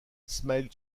small